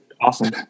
Awesome